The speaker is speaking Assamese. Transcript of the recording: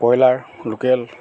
কয়লাৰ লোকেল